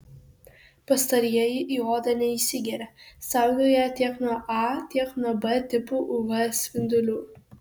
pastarieji į odą neįsigeria saugo ją tiek nuo a tiek nuo b tipų uv spindulių